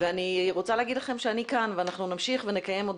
אני רוצה לומר לכם שאני כאן ואנחנו נמשיך ונקיים עוד